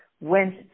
went